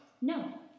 No